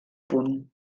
punt